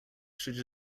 should